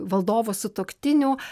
valdovo sutuoktinių